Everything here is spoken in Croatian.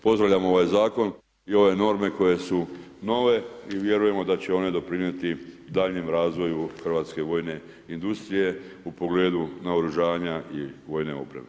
Pozdravljam ovaj zakon i ove norme koje su nove i vjerujemo da će ona doprinijeti daljnjem razvoju hrvatske vojne industrije u pogledu naoružanja i vojne opreme.